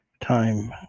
time